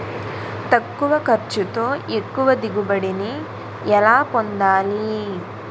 తక్కువ ఖర్చుతో ఎక్కువ దిగుబడి ని ఎలా పొందాలీ?